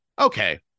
okay